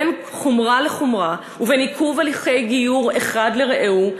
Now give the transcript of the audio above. בין חומרה לחומרה ובין עיכוב הליך גיור אחד לרעהו,